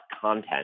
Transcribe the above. content